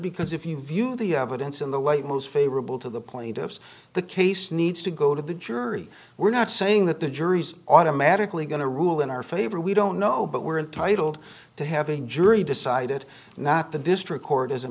because if you view the evidence in the light most favorable to the plaintiffs the case needs to go to the jury we're not saying that the jury's automatically going to rule in our favor we don't know but we're entitled to having jury decide it not the district court as a